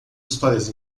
histórias